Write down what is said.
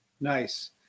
Nice